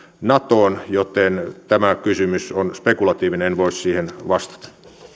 natoon joten tämä kysymys on spekulatiivinen en voi siihen vastata